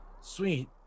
Sweet